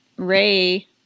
Ray